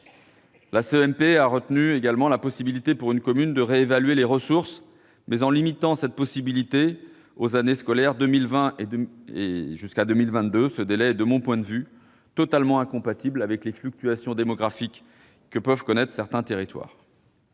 La CMP a retenu la possibilité, pour une commune, de réévaluer les ressources, mais en la limitant aux années scolaires 2020-2021 et 2021-2022. Ce délai est, de mon point de vue, totalement incompatible avec les fluctuations démographiques que peuvent connaître certains territoires.